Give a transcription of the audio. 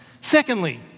Secondly